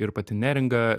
ir pati neringa